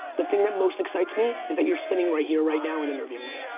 the thing that most excites me, is that you're sitting right here, right now and interviewing me.